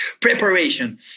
Preparation